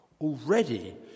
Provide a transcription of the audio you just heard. Already